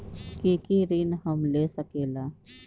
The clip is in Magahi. की की ऋण हम ले सकेला?